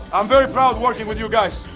i'm very proud working with you guys.